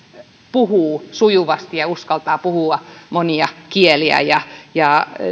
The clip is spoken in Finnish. puhuvat sujuvasti ja uskaltavat puhua monia kieliä ja ja